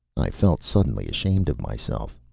i felt suddenly ashamed of myself.